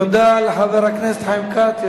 תודה לחבר הכנסת חיים כץ,